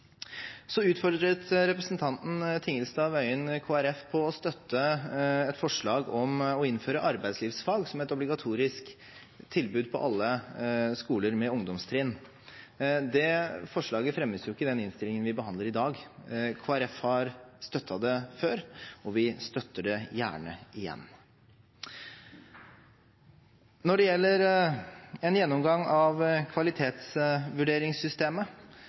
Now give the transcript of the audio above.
Så utfordret representanten Tingelstad Wøien Kristelig Folkeparti på å støtte et forslag om å innføre arbeidslivsfag som et obligatorisk tilbud på alle skoler med ungdomstrinn. Det forslaget fremmes ikke i innstillingen vi behandler i dag. Kristelig Folkeparti har støttet det før, og vi støtter det gjerne igjen. Når det gjelder en gjennomgang av kvalitetsvurderingssystemet,